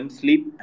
sleep